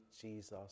jesus